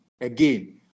again